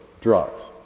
drugs